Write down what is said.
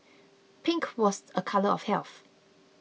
pink was a colour of health